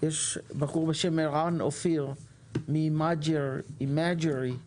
יש בחור בשם ערן אופיר מחברת Imagry שרצה